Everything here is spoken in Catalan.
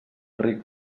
ric